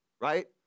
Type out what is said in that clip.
right